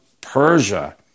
Persia